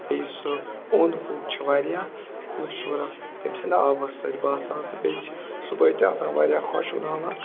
بیٚیہِ سُہ اوٚنٛد پوٚکھ چھِ واریاہ خوٗبصوٗرت تٔمۍ سنٛد آبَس سۭتۍ باسان تہٕ بیٚیہِ چھِ صُبحٲے تہِ آسان واریاہ خۄشوُناوان